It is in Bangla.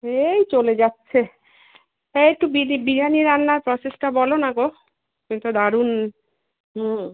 এই চলে যাচ্ছে এই একটু বিরি বিরিয়ানি রান্নার প্রসেসটা বলো না গো তুমি তো দারুণ হুম